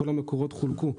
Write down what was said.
כל המקורות חולקו.